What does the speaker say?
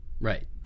Right